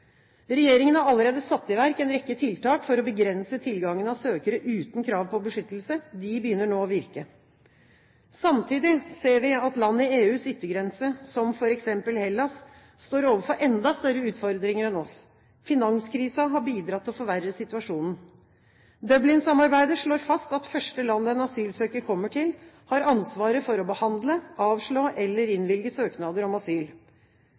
Regjeringen har allerede satt i verk en rekke tiltak for å begrense tilgangen av søkere uten krav på beskyttelse. De begynner nå å virke. Samtidig ser vi at land i EUs yttergrense, som f.eks. Hellas, står overfor enda større utfordringer enn vi gjør. Finanskrisen har bidratt til å forverre situasjonen. Dublin-samarbeidet slår fast at det første landet en asylsøker kommer til, har ansvaret for å behandle, avslå eller innvilge søknader om asyl.